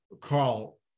carl